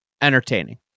entertaining